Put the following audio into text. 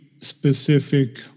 specific